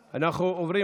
נתקבלה.